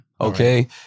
Okay